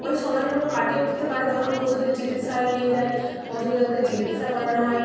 ওই সময়গুলো কাটিয়ে উঠতে পারে তখন পশুদের চিকিৎসায় লিয়ে যায় পশুদেরকে চিকিৎসা করানো হয়